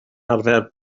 arfer